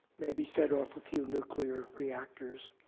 maybe set off a few nuclear reactors.